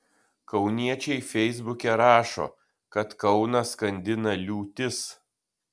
kauniečiai feisbuke rašo kad kauną skandina liūtis